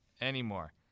Anymore